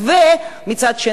ומצד שני,